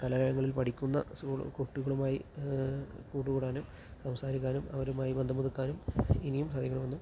കലാലയങ്ങളിൽ പഠിക്കുന്ന സ്കൂളു കുട്ടികളുമായി കൂട്ടുകൂടാനും സംസാരിക്കാനും അവരുമായി ബന്ധം പുതുക്കാനും ഇനിയും സാധിക്കണമെന്നും